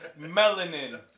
melanin